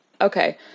okay